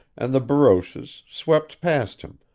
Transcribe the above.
and the barouches swept past him,